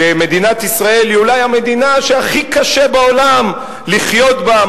שמדינת ישראל היא אולי המדינה שהכי קשה בעולם לחיות בה.